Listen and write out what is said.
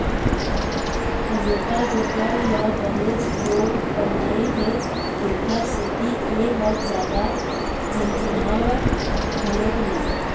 rotavator ल बनेच पोठ बनाए हे तेखर सेती ए ह जादा झनझनावय घलोक नई